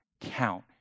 count